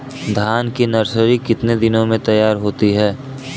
धान की नर्सरी कितने दिनों में तैयार होती है?